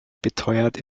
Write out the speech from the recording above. beteuert